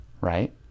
right